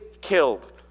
killed